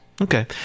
Okay